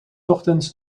ochtends